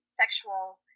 sexual-